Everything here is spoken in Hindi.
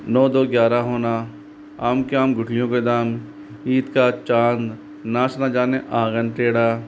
नौ दो ग्यारह होना आम के आम गुटलियों के दाम ईद का चाँद नाच न जाने आगन टेढ़ा